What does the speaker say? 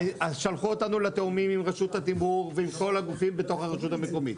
שלחו אותנו לתיאומים עם רשות התמרור ועם כל הגופים בתוך הרשות המקומית.